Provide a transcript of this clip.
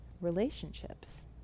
relationships